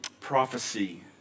prophecy